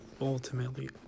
ultimately